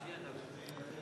שיידחה לעוד שנתיים.